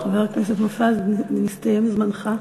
חבר הכנסת מופז, נסתיים זמנך.